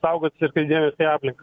saugotis ir kreipt dėmesį į aplinką